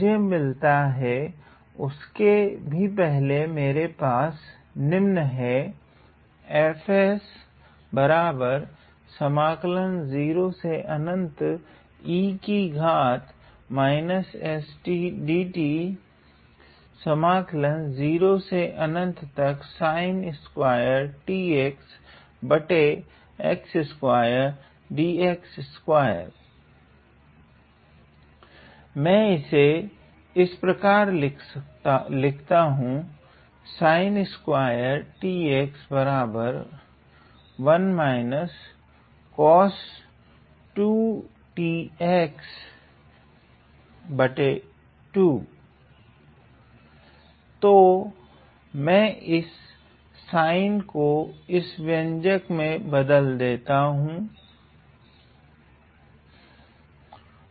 मुझे मिलता है उसके भी पहले मेरे पास निम्न है मैं इसे इस प्रकार लिखता हूँ तो मैं इस sin को इस व्यंजक से बदल दूंगा